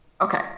Okay